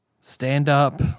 stand-up